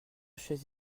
chaises